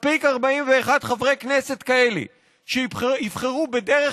מספיק 41 חברי כנסת כאלה שיבחרו בדרך